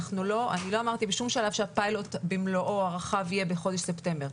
בשום שלב לא אמרתי שהפיילוט במלואו הרחב יהיה בחודש ספטמבר.